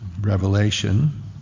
Revelation